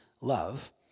love